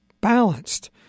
balanced